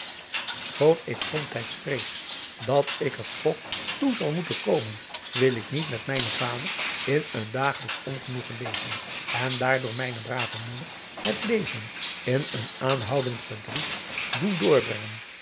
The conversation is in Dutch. schoon ik somtijds vrees dat ik er toch toe zal moeten komen wil ik niet met mijnen vader in een dagelijksch ongenoegen leven en daar door mijne brave moeder het leven in een aanhoudend verdriet doen doorbrengen